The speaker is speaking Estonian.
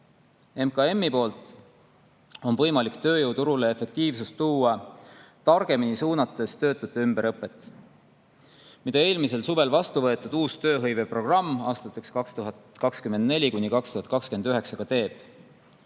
MKM-i poolt on võimalik tööjõuturule efektiivsust tuua targemini suunates töötute ümberõpet, mida eelmisel suvel vastu võetud uus tööhõiveprogramm aastateks 2024–2029 ka teeb,